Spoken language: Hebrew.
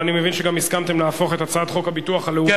אני מבין שגם הסכמתם להפוך את הצעת חוק הביטוח הלאומי,